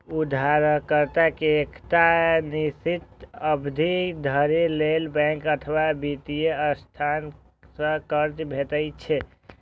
उधारकर्ता कें एकटा निश्चित अवधि धरि लेल बैंक अथवा वित्तीय संस्था सं कर्ज भेटै छै